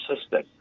system